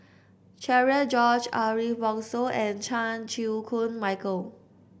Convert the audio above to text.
Cherian George Ariff Bongso and Chan Chew Koon Michael